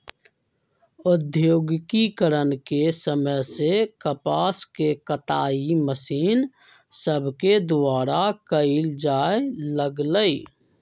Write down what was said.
औद्योगिकरण के समय से कपास के कताई मशीन सभके द्वारा कयल जाय लगलई